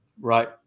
Right